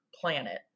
planet